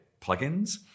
plugins